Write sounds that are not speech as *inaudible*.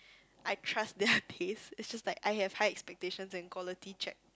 I trust their *breath* taste it's just that I have high expectations and quality check